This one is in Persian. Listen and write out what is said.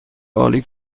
عالی